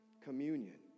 communion